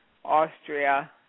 Austria